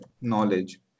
knowledge